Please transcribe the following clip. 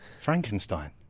Frankenstein